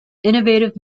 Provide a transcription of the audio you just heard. innovative